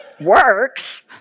works